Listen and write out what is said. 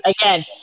Again